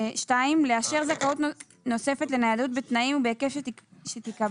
לאשר זכאות נוספת לניידות, בתנאים ובהיקף שתקבע,